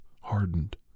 hardened